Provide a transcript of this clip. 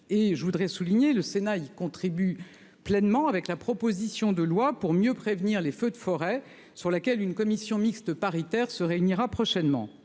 et je voudrais souligner le Sénat y contribue pleinement avec la proposition de loi pour mieux prévenir les feux de forêt sur laquelle une commission mixte paritaire se réunira prochainement.